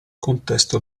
contesto